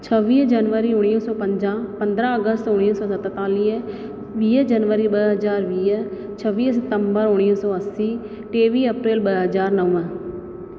छवीह जनवरी उणिवीह सौ पंजाह पंद्रहं अगस्त उणिवीह सौ सतेतालीह वीह जनवरी ॿ हज़ार वीह छवीह सितम्बर उणिवीह सौ असी टेवीह अप्रेल ॿ हज़ार नवं